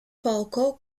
poco